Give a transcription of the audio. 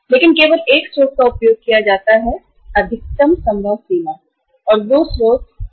लेकिन केवल एक स्रोत अधिकतम संभव सीमा का उपयोग किया जाता है और वह स्रोत बैंक वित्त है